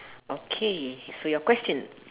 okay so your question